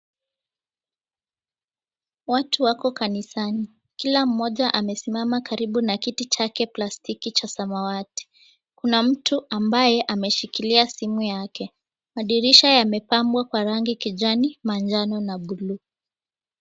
Watu wako kanisani. Kila mmoja amesimama karibu na kiti chake plastiki cha samawati. Kuna mtu ambaye ameshikilia simu yake. Madirisha yamepambwa kwa rangi kijani, manjano na buluu.